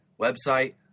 website